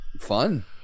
fun